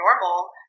normal